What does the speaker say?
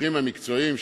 מהוויכוחים המקצועיים,